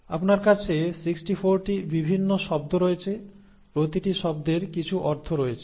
আপনার কাছে 64 টি বিভিন্ন শব্দ রয়েছে প্রতিটি শব্দের কিছু অর্থ রয়েছে